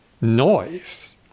noise